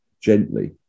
gently